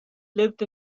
lived